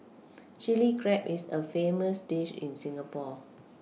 Chilli Crab is a famous dish in Singapore